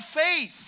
faith